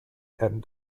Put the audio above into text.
and